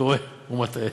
טועה ומטעה.